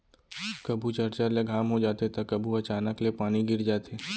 कभू चरचर ले घाम हो जाथे त कभू अचानक ले पानी गिर जाथे